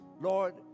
Lord